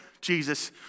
Jesus